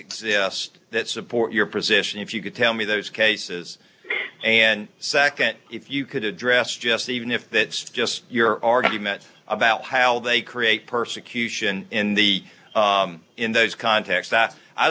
exist that support your position if you could tell me those cases and nd if you could address just even if thats just your argument about how they create persecution in the in those contacts that i